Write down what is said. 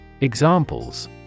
Examples